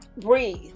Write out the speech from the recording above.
breathe